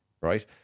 right